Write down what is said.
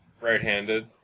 right-handed